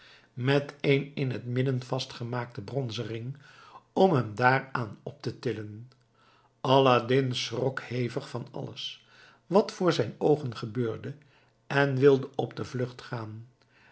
met een in het midden vastgemaakten bronzen ring om hem daaraan op te tillen aladdin schrok hevig van alles wat voor zijn oogen gebeurde en wilde op de vlucht gaan